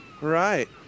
Right